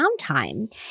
downtime